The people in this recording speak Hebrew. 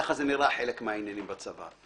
ככה נראה חלק מהעניינים בצבא.